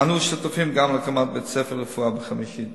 אנו שותפים גם להקמת בית-ספר חמישי לרפואה,